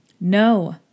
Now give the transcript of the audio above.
No